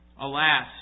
Alas